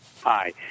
Hi